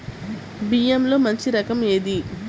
బియ్యంలో మంచి రకం ఏది?